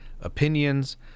opinions